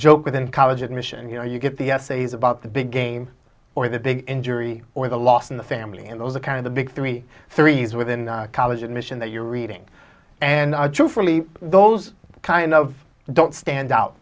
joke within college admission you know you get the essays about the big game or the big injury or the loss in the family and or the kind of the big three threes within college admission that you're reading and truthfully those kind of don't stand out